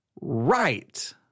right